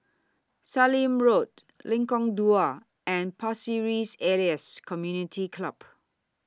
Sallim Road Lengkong Dua and Pasir Ris Elias Community Club